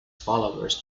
followers